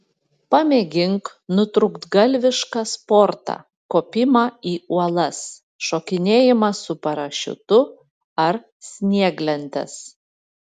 pamėgink nutrūktgalvišką sportą kopimą į uolas šokinėjimą su parašiutu ar snieglentes